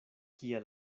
kia